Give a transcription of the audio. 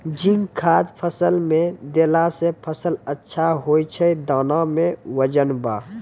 zinc खाद फ़सल मे देला से फ़सल अच्छा होय छै दाना मे वजन ब